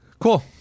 Cool